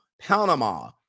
Panama